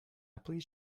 please